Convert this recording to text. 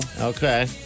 Okay